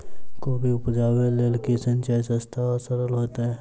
कोबी उपजाबे लेल केँ सिंचाई सस्ता आ सरल हेतइ?